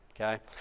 okay